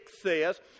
says